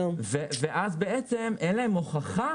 ואז בעצם אין להם הוכחה